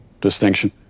distinction